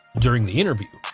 during the interview,